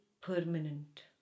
permanent